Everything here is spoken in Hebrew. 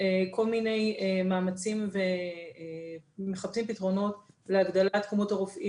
כל מיני מאמצים ומחפשים פתרונות להגדלת כמות הרופאים.